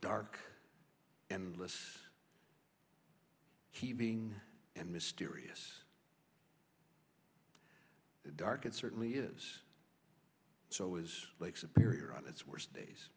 dark and less he being and mysterious dark it certainly is so is lake superior on its worst days